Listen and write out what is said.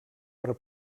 per